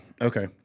Okay